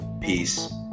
peace